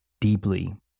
deeply